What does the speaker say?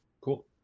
Cool